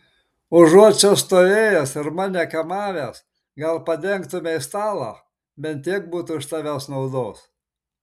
užuot čia stovėjęs ir mane kamavęs gal padengtumei stalą bent tiek būtų iš tavęs naudos